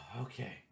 okay